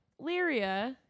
Lyria